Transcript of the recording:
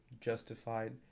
justified